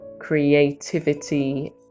creativity